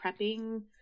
prepping